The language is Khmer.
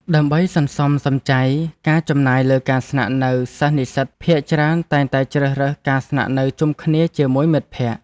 ដើម្បីសន្សំសំចៃការចំណាយលើការស្នាក់នៅសិស្សនិស្សិតភាគច្រើនតែងតែជ្រើសរើសការស្នាក់នៅជុំគ្នាជាមួយមិត្តភក្តិ។